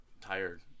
tired